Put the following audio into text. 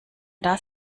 das